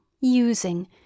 using